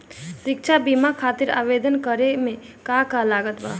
शिक्षा बीमा खातिर आवेदन करे म का का लागत बा?